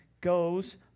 goes